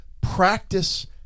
Practice